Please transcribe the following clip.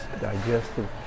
Digestive